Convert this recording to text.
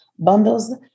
bundles